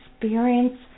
experience